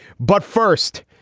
but first,